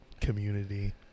community